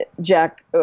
Jack